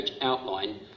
outline